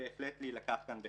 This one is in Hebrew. בהחלט צריך להילקח כאן בחשבון.